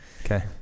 Okay